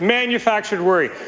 manufactured worry.